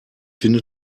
finde